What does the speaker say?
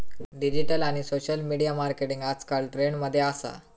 digital आणि social media marketing आजकल trend मध्ये असा